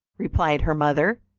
replied her mother,